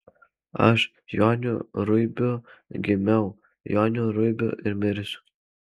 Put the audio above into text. aš joniu ruibiu gimiau joniu ruibiu ir mirsiu